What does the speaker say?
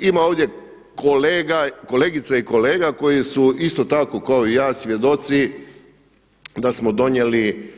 Ima ovdje kolegica i kolega koji su isto tako kao i ja svjedoci da smo donijeli